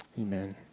Amen